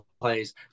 plays